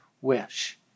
wish